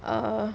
err